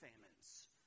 famines